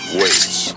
waits